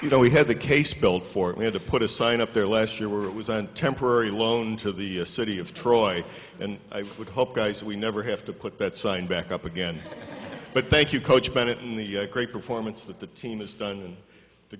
you know we had the case built for it we had to put a sign up there last year where it was a temporary loan to the city of troy and i would hope guys we never have to put that sign back up again but thank you coach bennett in the great performance that the team has done